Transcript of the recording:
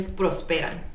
prosperan